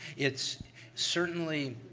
it's certainly,